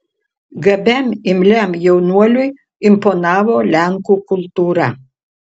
gabiam imliam jaunuoliui imponavo lenkų kultūra